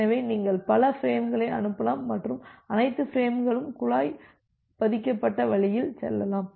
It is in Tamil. எனவே நீங்கள் பல பிரேம்களை அனுப்பலாம் மற்றும் அனைத்து பிரேம்களும் குழாய் பதிக்கப்பட்ட வழியில் செல்லலாம்